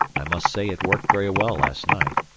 i must say it worked very well last night.